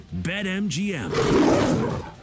BetMGM